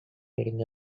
reading